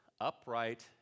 upright